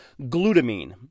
glutamine